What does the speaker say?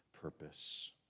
purpose